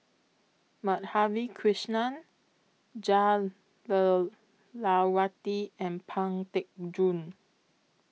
Madhavi Krishnan Jah Lelawati and Pang Teck Joon